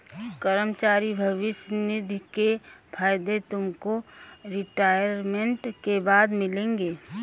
कर्मचारी भविष्य निधि के फायदे तुमको रिटायरमेंट के बाद मिलेंगे